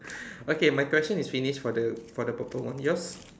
okay my question is finished for the for the purple one yours